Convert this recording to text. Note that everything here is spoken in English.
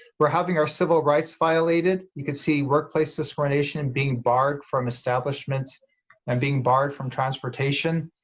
we're having our civil rights violated you can see workplace discrimination and being barred from establishments and being barred from transportation,